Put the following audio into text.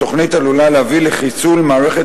התוכנית עלולה להביא לחיסול מערכת